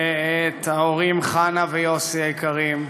ואת ההורים, חנה ויוסי היקרים,